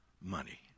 money